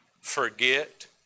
forget